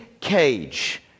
cage